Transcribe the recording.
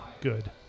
good